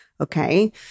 Okay